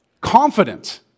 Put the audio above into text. confident